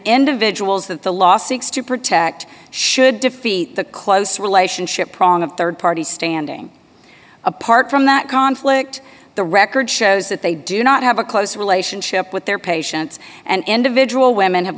individuals that the law seeks to protect should defeat the close relationship problem of rd party standing apart from that conflict the record shows that they do not have a close relationship with their patients and individual women have